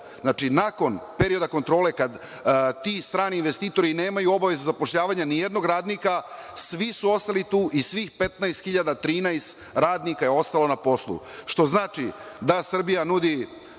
Znači, nakon perioda kontrole, kad ti strani investitori nemaju obavezu zapošljavanja nijednog radnika, svi su ostali tu i svih 15.013 radnika je ostalo na poslu, što znači da Srbija nudi